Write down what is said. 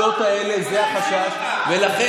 ההתקהלויות האלה, זה החשש, אני לא מבין אותך.